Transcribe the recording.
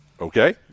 Okay